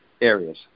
areas